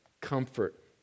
comfort